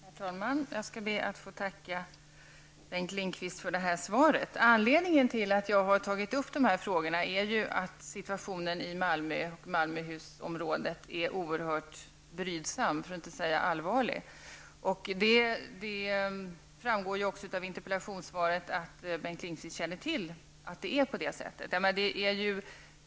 Herr talman! Jag skall be att få tacka Bengt Lindqvist för svaret. Anledningen till att jag har tagit upp de här frågorna är att situationen i Malmö och Malmöhusområdet är oerhört brydsam, för att inte säga allvarlig. Det framgår ju också av interpellationssvaret att Bengt Lindqvist känner till att det är på det sättet.